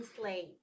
slate